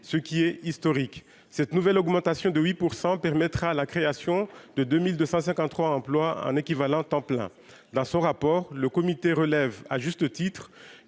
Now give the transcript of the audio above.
ce qui est historique, cette nouvelle augmentation de 8 pour permettra la création de 2253 emplois un équivalent temps plein dans son rapport, le comité relève à juste titre,